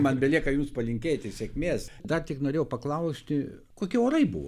man belieka jums palinkėti sėkmės dar tik norėjau paklausti kokie orai buvo